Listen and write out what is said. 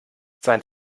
sein